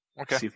Okay